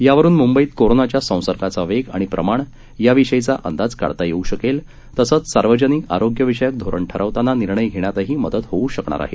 यावरून मुंबईत कोरोनाच्या संसर्गाचा वेग आणि प्रमाण याविषयीचा अंदाज काढता येऊ शकेल तसंच सार्वजनिक आरोग्यविषयक धोरण ठरवताना निर्णय घेण्यातही मदत होऊ शकणार आहे